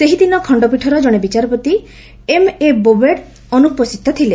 ସେହିଦିନ ଖଣ୍ଡପୀଠର ଜଣେ ବିଚାରପତି ଏସ୍ଏ ବୋବ୍ଡେ ଅନୁପସ୍ଥିତ ଥିଲେ